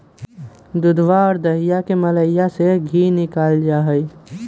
दूधवा और दहीया के मलईया से धी निकाल्ल जाहई